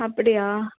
அப்படியா